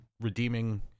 redeeming